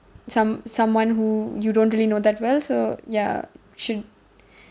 some someone who you don't really know that well so ya should